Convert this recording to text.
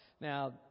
Now